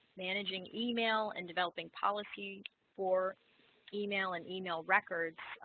managing email and developing policy for email and email records.